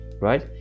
right